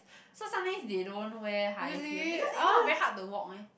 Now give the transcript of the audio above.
so sometimes they don't wear high heel because if not very hard to walk eh